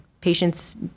patients